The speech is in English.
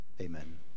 amen